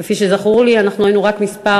כפי שזכור לי, אנחנו היינו רק במקום